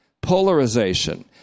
polarization